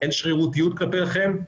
אין שרירותיות כלפיכם.